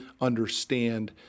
understand